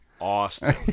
Austin